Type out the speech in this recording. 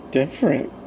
different